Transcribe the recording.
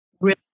real